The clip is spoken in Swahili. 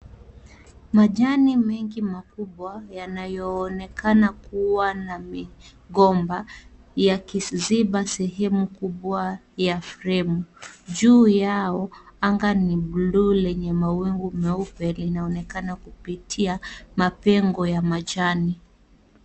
Majani mengi makubwa yanayoonekana kuwa na migomba yakiziba sehemu kubwa ya fremu. Juu yao anga ni bluu yenye mawingu meupe inaonekana kupitia mapengo ya majani.